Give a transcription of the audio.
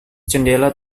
jendela